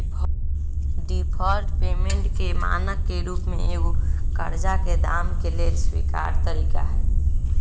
deferred payment के मानक के रूप में एगो करजा के दाम के लेल स्वीकार तरिका हइ